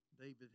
David